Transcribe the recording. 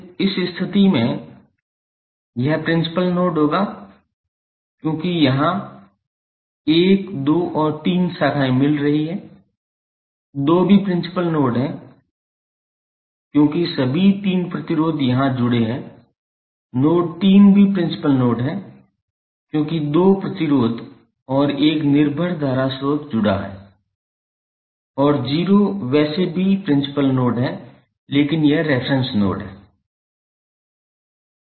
इस स्थिति में यह प्रिंसिपल नोड होगा क्योंकि यहाँ 1 2 और 3 शाखाएँ मिल रही हैं 2 भी प्रिंसिपल नोड है क्योंकि सभी तीन प्रतिरोध यहाँ जुड़े हुए हैं नोड 3 भी प्रिंसिपल नोड है क्योंकि दो प्रतिरोध और 1 निर्भर धारा स्रोत जुड़ा हुआ है और 0 वैसे भी प्रिंसिपल नोड है लेकिन यह रेफेरेंस नोड है